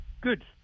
Good